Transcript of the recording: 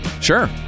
Sure